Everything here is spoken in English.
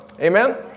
Amen